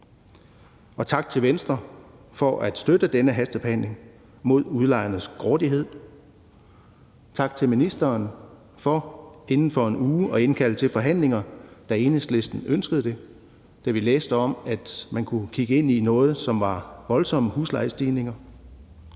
Og tak til Venstre for at støtte denne hastebehandling mod udlejernes grådighed. Og tak til ministeren for inden for en uge at indkalde til forhandlinger, da Enhedslisten ønskede det, fordi vi læste om, at man kunne kigge ind i nogle voldsomme huslejestigninger.